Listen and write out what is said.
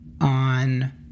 on